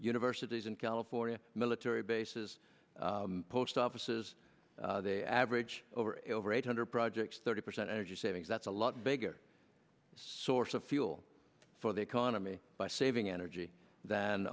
universities in california military bases post offices they average over over eight hundred projects thirty percent energy savings that's a lot bigger source of fuel for the economy by saving energy than